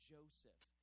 Joseph